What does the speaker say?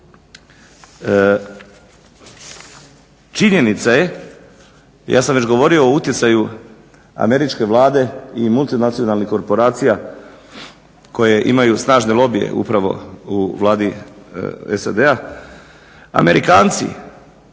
činjenica je, ja sam već govorio o utjecaju Američke vlade i multinacionalnih korporacija koje imaju snažne lobije upravo u Vladi SAD-a. Amerikanci,